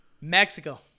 Mexico